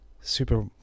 super